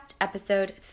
episode